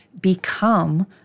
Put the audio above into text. become